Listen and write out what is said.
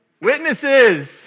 Witnesses